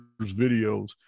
videos